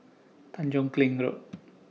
Tanjong Kling Road